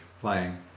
playing